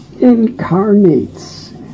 incarnates